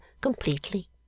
completely